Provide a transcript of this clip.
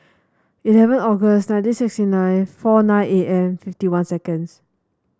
eleven August nineteen sixty nine four nine A M fifty one seconds